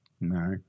No